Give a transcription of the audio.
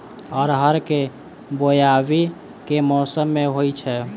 अरहर केँ बोवायी केँ मौसम मे होइ छैय?